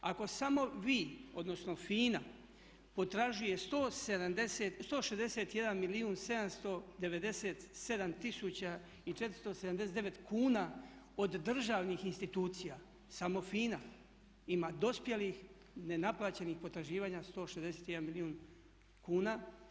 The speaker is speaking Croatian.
Ako samo vi, odnosno FINA potražuje 161 milijuna 797 tisuća i 479 kuna od državnih institucija samo FINA ima dospjelih nenaplaćenih potraživanja 161 milijun kuna.